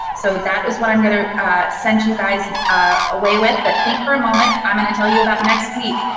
so that is what i'm going to send you guys away with. but think for a moment. i'm going to tell you about next week.